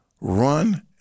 run